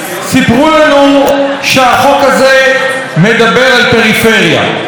סיפרו לנו שהחוק הזה מדבר על פריפריה,